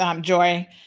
Joy